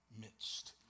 midst